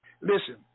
Listen